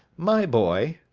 my boy,